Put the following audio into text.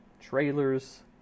trailers